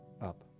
up